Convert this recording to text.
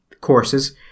courses